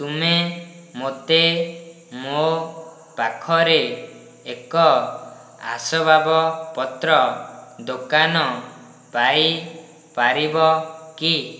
ତୁମେ ମୋତେ ମୋ ପାଖରେ ଏକ ଆସବାପତ୍ର ଦୋକାନ ପାଇପାରିବ କି